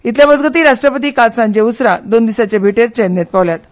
इतले मजगतीं उपरराष्ट्रपती काल सांजे उसरां दोन दिसांचे भेटेर चेन्नयंत पावल्यात